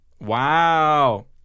Wow